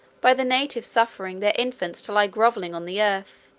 by the natives suffering their infants to lie grovelling on the earth,